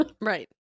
Right